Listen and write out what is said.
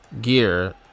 gear